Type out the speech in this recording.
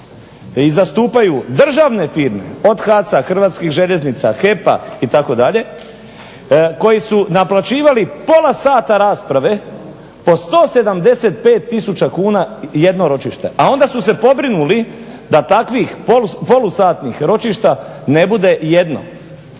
i zastupaju državne firme, od HAC-a, Hrvatskih željeznica, HEP-a itd., koji su naplaćivali pola sata rasprave po 175 tisuća kuna jedno ročište, a onda su se pobrinuli da takvih polusatnih ročišta ne bude jedno